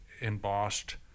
embossed